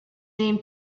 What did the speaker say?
name